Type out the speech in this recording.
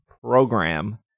program